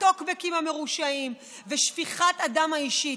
הטוקבקים המרושעים ושפיכת הדם האישית.